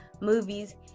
movies